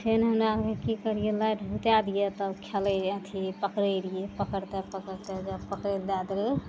फेर हमरा आरके करियै लाइट बुता दियै तब खेलै अथी पकड़ै रहियै पकड़तै पकड़तै ओकरा पकड़ि दै देबय